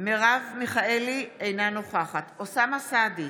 מרב מיכאלי, אינה נוכחת אוסאמה סעדי,